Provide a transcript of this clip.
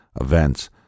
events